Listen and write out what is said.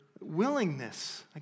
willingness